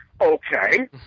Okay